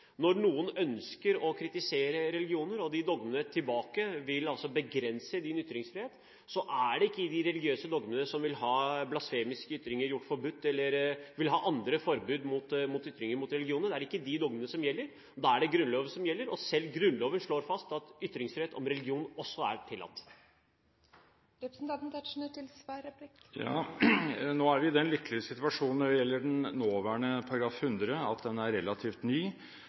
når noen ønsker å kritisere religioner, og de dogmene tilbake altså vil begrense ens ytringsfrihet, så er det ikke de religiøse dogmene som vil ha blasfemiske ytringer gjort forbudt eller vil ha andre forbud mot ytringer mot religionene, som gjelder, da er det Grunnloven som gjelder, og selv Grunnloven slår fast at ytringsfrihet om religion også er tillatt. Nå er vi i den lykkelige situasjon når det gjelder den nåværende § 100, at den er relativt ny,